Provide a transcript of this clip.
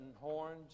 horns